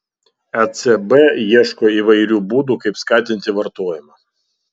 ecb ieško įvairių būdų kaip skatinti vartojimą